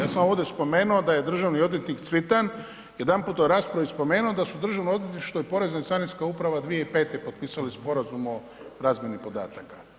Ja sam vam ovdje spomenuo da je državni odvjetnik Cvitan jedanput u raspravu spomenuo da su državno odvjetništvo i porezna carinska uprava 2005. potpisali sporazum o razmjeni podataka.